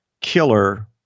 killer